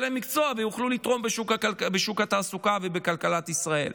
להם מקצוע ויוכלו לתרום לשוק התעסוקה ולכלכלת ישראל.